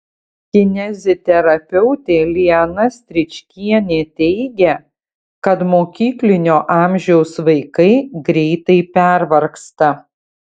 kineziterapeutė liana stričkienė teigia kad mokyklinio amžiaus vaikai greitai pervargsta